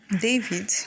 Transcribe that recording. David